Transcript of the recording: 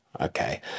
okay